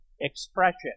expression